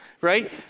Right